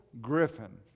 griffin